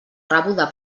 rebuda